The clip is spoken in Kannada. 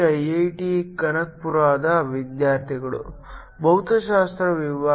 ಐಐಟಿ ಕಾನ್ಪುರದ ವಿದ್ಯಾರ್ಥಿಗಳು ಭೌತಶಾಸ್ತ್ರ ವಿಭಾಗ